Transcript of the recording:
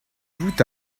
vous